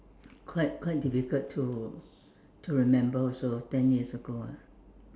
quite quite difficult to to remember also ten years ago ah